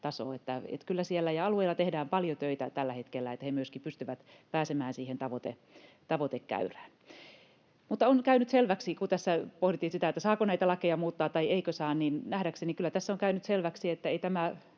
tasoa, ja alueilla tehdään paljon töitä tällä hetkellä, että he myöskin pystyvät pääsemään siihen tavoitekäyrään. Mutta on käynyt selväksi, kun tässä pohdittiin sitä, saako näitä lakeja muuttaa vai eikö saa, että ei tämä edellisen hallituksen säätämä